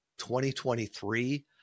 2023